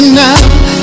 now